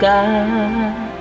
God